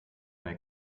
mehr